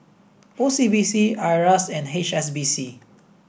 O C B C IRAS and H S B C